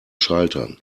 schaltern